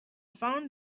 found